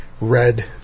red